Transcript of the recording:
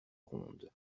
ronde